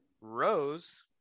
Rose